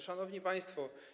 Szanowni Państwo!